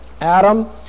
Adam